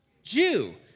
Jew